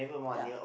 ya